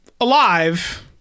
alive